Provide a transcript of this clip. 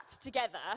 together